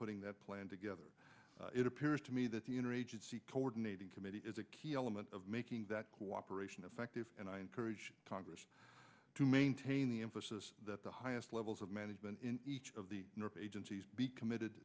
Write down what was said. putting that plan together it appears to me that the interagency coordinating committee is a key element of making that cooperation effective and i encourage congress to maintain the emphasis that the highest levels of management in each of the agencies be committed